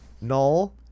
Null